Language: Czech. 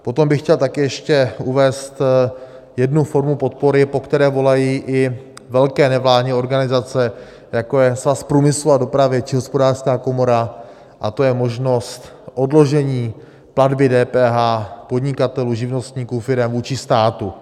Potom bych chtěl taky ještě uvést jednu formu podpory, po které volají i velké nevládní organizace, jako je Svaz průmyslu a dopravy či Hospodářská komora, a to je možnost odložení platby DPH podnikatelů, živnostníků, firem vůči státu.